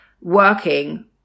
working